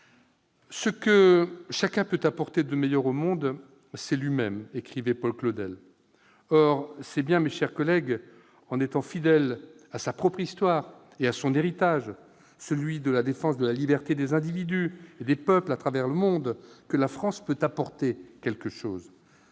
« Ce que chacun peut apporter de meilleur au monde, c'est lui-même », écrivait Paul Claudel. Or, mes chers collègues, c'est bien en étant fidèle à sa propre histoire et à son héritage, celui de la défense de la liberté des individus et des peuples à travers le monde, que la France peut apporter quelque chose.